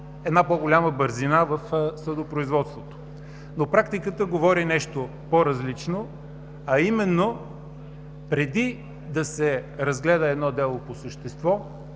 една по-голяма бързина в съдопроизводството. Но практиката говори нещо по-различно, а именно: преди да се разгледа едно дело по същество